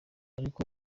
ariko